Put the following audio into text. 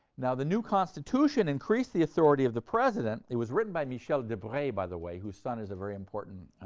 now, the new constitution increased the authority of the president. it was written by michel debre, by the way, whose son is a very important